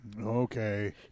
Okay